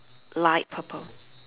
light purple